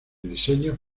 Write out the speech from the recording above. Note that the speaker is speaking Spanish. diseños